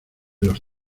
los